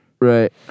Right